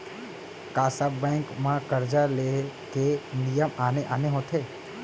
का सब बैंक म करजा ले के नियम आने आने होथे?